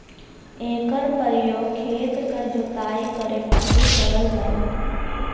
एकर परयोग खेत क जोताई करे खातिर करल जाला